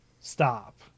stop